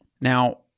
Now